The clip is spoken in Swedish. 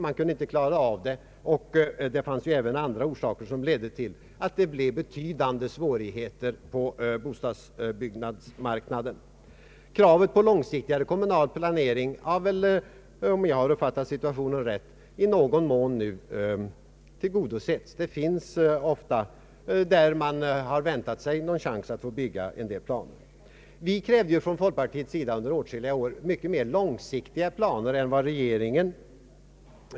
Man kunde inte klara av bostadsbyggandet och det fanns även andra orsaker som ledde till betydande svårigheter på bostadsbyggnadsmarknaden. Kravet på långsiktigare kommunal planering har, om jag uppfattat situationen rätt, numera i någon mån tillgodosetts. Där man väntar sig att få bygga finns nu ofta en hel del planer. Från folkpartiets sida krävde vi under flera år mer långsiktiga planer än regeringen.